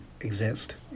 exist